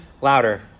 louder